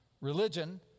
Religion